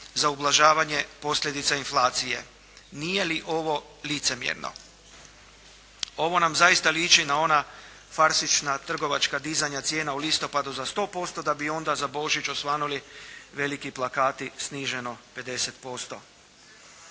za ublažavanje posljedica inflacije. Nije li ovo licemjerno. Ovo nam zaista liči na ona farsična trgovačka dizanja cijena u listopadu za 100%, da bi onda za Božić osvanuli veliki plakati, sniženo 50%.